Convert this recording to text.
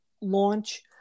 launch